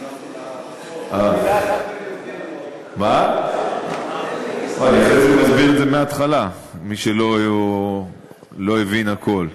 זה אני מסביר את זה מההתחלה, למי שלא הבין הכול.